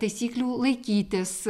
taisyklių laikytis